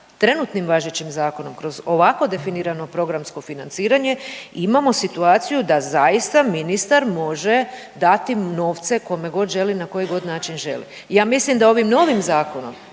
trenutnim važećim zakonom kroz ovako definirano programsko financiranje imamo situaciju da zaista ministar može dati novce kome god želi i na koji god način želi. Ja mislim da ovim novim zakonom